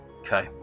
Okay